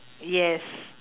yes